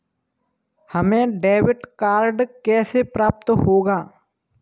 हमें debit card कैसे प्राप्त होगा?